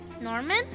Norman